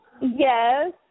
Yes